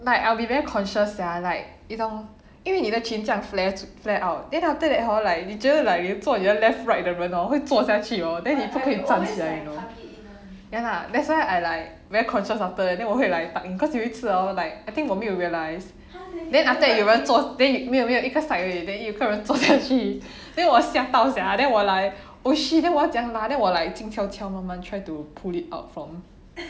like I will be very conscious sia like 你懂因为你的裙这样 flare flare out then after that hor like 你觉得 like 你坐你的 left right 的人会坐下去 hor then 你不可以站起来 you know ya lah that's why I like very conscious after that 我会 like tuck in cause 有一次 hor like I think 我没有 realise then after that 有人坐没有没有一个 side 而已 then 有个人座下去 then 我吓到 sia then 我 like oh shit then 我要怎样 mah then 我 like 静悄悄慢慢 try to pull it out from